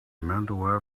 mental